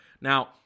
Now